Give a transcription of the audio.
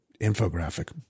infographic